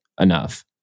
enough